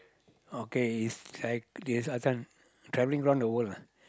okay is like this uh this one travelling around the world lah